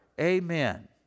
Amen